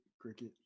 cricket